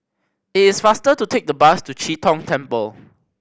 it is faster to take the bus to Chee Tong Temple